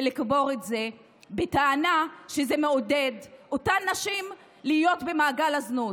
ולקבור את זה בטענה שזה מעודד את אותן נשים להיות במעגל הזנות.